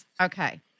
Okay